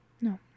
No